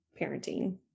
parenting